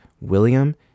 William